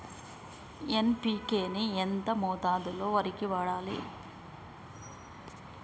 NPK ని ఎంత మోతాదులో వరికి వాడాలి?